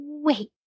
Wait